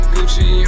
Gucci